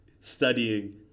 studying